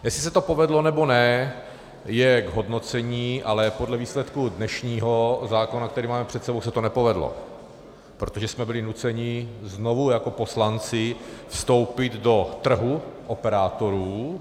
Jestli se to povedlo, nebo ne, je k hodnocení, ale podle výsledku dnešního zákona, který máme před sebou, se to nepovedlo, protože jsme byli nuceni znovu jako poslanci vstoupit do trhu operátorů.